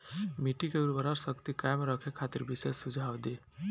मिट्टी के उर्वरा शक्ति कायम रखे खातिर विशेष सुझाव दी?